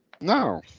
No